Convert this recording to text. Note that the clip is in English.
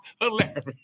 Hilarious